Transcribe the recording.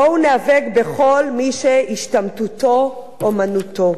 בואו ניאבק בכל מי שהשתמטותו אומנותו.